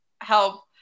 help